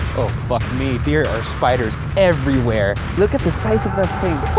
fuck me, there are spiders everywhere. look at the size of that